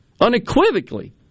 unequivocally